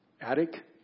Attic